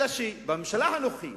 אלא שבממשלה הנוכחית,